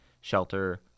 shelter